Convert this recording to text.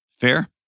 Fair